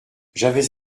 j’avais